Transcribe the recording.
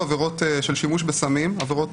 שיש היבט תקציבי ואנחנו נושאים מבחינה משרדית.